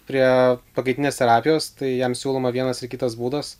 prie pakaitinės terapijos tai jam siūloma vienas ir kitas būdas